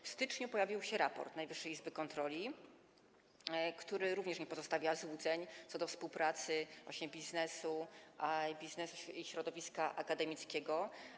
W styczniu pojawił się raport Najwyższej Izby Kontroli, który także nie pozostawia złudzeń co do współpracy biznesu i środowiska akademickiego.